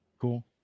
Cool